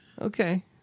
Okay